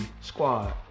squad